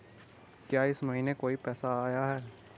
क्या इस महीने कोई पैसा आया है?